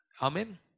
Amen